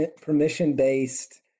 permission-based